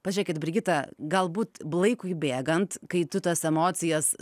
pažiūrėkit brigita galbūt laikui bėgant kai tu tas emocijas